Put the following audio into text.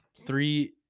three